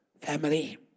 Family